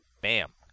Bam